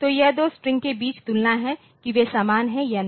तो यह दो स्ट्रिंग्स के बीच तुलना है कि वे समान हैं या नहीं